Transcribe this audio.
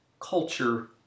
culture